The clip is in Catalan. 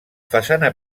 façana